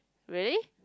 really